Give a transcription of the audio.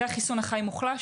זה החיסון החי מוחלש,